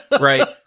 right